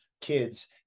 kids